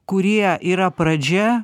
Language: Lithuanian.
kurie yra pradžia